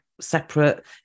separate